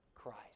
Christ